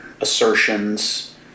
assertions